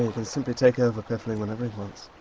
can simply take over piffling whenever he wants.